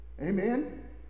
Amen